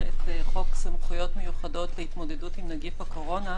חוק סמכויות מיוחדות להתמודדות עם נגיף הקורונה.